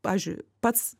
pavyzdžiui pats